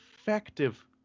effective